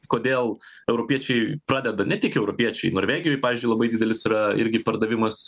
kodėl europiečiai pradeda ne tik europiečiai norvegijoj pavyzdžiui labai didelis yra irgi pardavimas